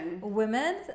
women